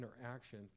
interaction